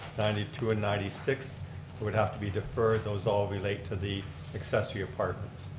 ninety two and ninety six would have to be deferred. those all relate to the accessory apartments.